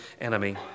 enemy